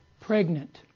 pregnant